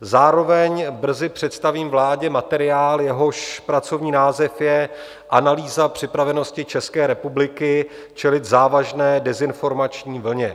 Zároveň brzy představím vládě materiál, jehož pracovní název je Analýza připravenosti České republiky čelit závažné dezinformační vlně.